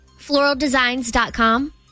FloralDesigns.com